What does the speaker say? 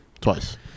Twice